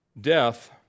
Death